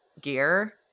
gear